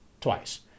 twice